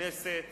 בכנסת